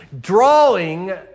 drawing